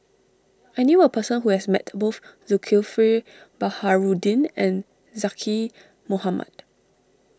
I knew a person who has met both Zulkifli Baharudin and Zaqy Mohamad